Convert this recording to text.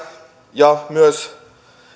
ja myös